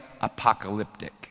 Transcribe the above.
apocalyptic